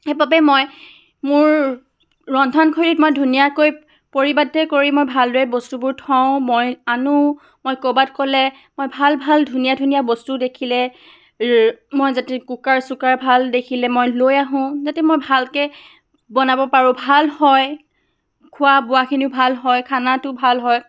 সেইবাবে মই মোৰ ৰন্ধনশৈলীত মই ধুনীয়াকৈ পৰিপাতি কৰি মই ভালদৰে বস্তুবোৰ থওঁ মই আনো মই ক'ৰবাত গ'লে মই ভাল ভাল ধুনীয়া ধুনীয়া বস্তু দেখিলে মই যদি কুকাৰ চুকাৰ ভাল দেখিলে মই লৈ আহোঁ যাতে মই ভালকৈ বনাব পাৰোঁ ভাল হয় খোৱা বোৱাখিনিও ভাল হয় খানাটো ভাল হয়